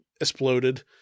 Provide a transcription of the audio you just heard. exploded